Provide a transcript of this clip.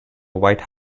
white